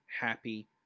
happy